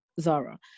Zara